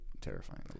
terrifying